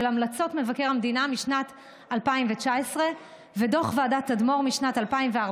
המלצות מבקר המדינה משנת 2019 ושל דוח ועדת תדמור משנת 2014,